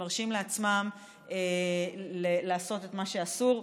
שמרשים לעצמם לעשות את מה שאסור,